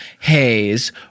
Hayes